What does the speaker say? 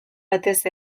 batez